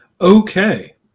Okay